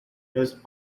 knows